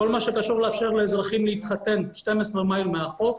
כל מה שקשור לאפשר לאזרחים להתחתן 12 מייל מהחוף,